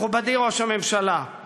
מכובדי ראש הממשלה,